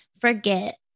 forget